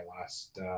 last